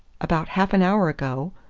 about half an hour ago,